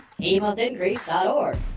Hemustincrease.org